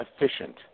efficient